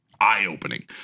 eye-opening